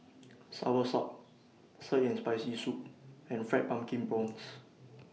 Soursop Sour and Spicy Soup and Fried Pumpkin Prawns